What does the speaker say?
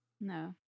no